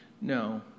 No